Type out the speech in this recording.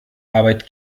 arbeit